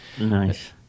Nice